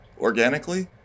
organically